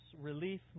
relief